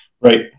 Right